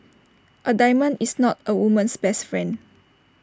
A diamond is not A woman's best friend